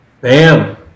Bam